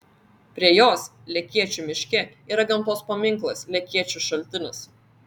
prie jos lekėčių miške yra gamtos paminklas lekėčių šaltinis